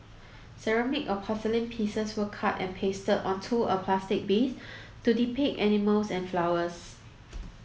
ceramic or porcelain pieces were cut and pasted onto a plaster base to depict animals and flowers